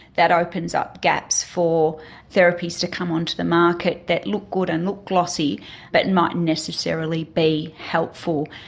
that opens up gaps for therapies to come on to the market that look good and look glossy but mightn't necessarily be helpful.